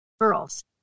girls